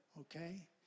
Okay